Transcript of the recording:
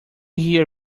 hear